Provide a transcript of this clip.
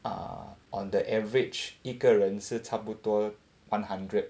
err on the average 一个人是差不多 one hundred